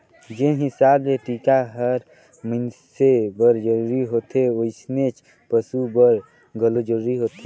जेन हिसाब ले टिका हर मइनसे बर जरूरी होथे वइसनेच पसु बर घलो जरूरी होथे